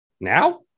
now